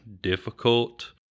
difficult